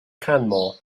canmore